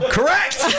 Correct